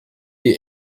die